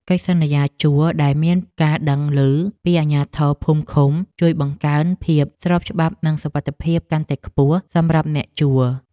កិច្ចសន្យាជួលដែលមានការដឹងឮពីអាជ្ញាធរភូមិឃុំជួយបង្កើនភាពស្របច្បាប់និងសុវត្ថិភាពកាន់តែខ្ពស់សម្រាប់អ្នកជួល។